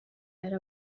ari